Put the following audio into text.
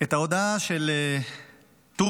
את ההודעה של טורקיה